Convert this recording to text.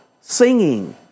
singing